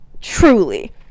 Truly